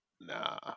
nah